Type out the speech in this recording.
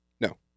No